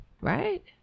Right